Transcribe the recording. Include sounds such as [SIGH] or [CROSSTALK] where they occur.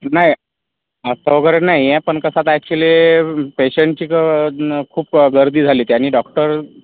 नाही [UNINTELLIGIBLE] वगैरे नाही आहे पण कसं आता ॲक्च्युली पेशंटची गं खूप गर्दी झाली त्यांनी डॉक्टर